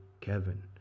Kevin